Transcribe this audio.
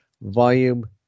volume